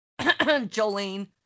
jolene